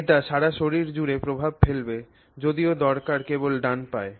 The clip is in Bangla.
এটি সারা শরীর জুড়ে প্রভাব ফেলবে যদিও দরকার কেবল ডান পায়ে